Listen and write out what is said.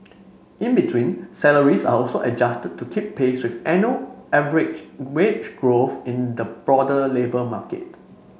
in between salaries are also adjusted to keep pace with annual average wage growth in the broader labour market